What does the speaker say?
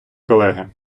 колеги